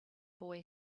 boy